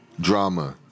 drama